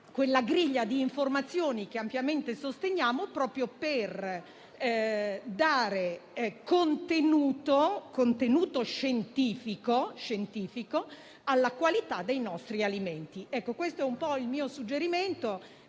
quella griglia di informazioni che ampiamente sosteniamo proprio per dare contenuto scientifico alla qualità dei nostri alimenti. Questo è il mio suggerimento.